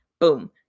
boom